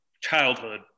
childhood